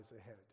ahead